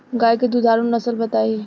गाय के दुधारू नसल बताई?